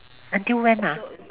until when ah